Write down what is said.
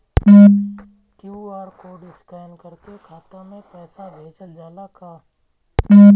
QR code scan करके खाता में पैसा भेजल जाला का?